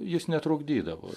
jis netrukdydavo